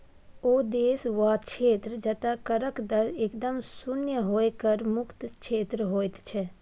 ओ देश वा क्षेत्र जतय करक दर एकदम शुन्य होए कर मुक्त क्षेत्र होइत छै